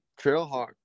trailhawk